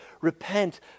repent